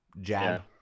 jab